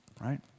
right